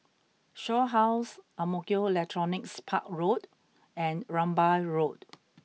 Shaw House Ang Mo Kio Electronics Park Road and Rambai Road